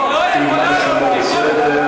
אם משהו לא בסדר,